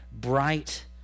bright